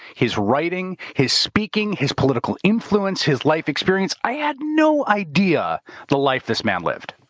his writing, his speaking, his political influence, his life experience. i had no idea the life this man lived.